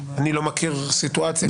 אני לא מכיר סיטואציה אחרת.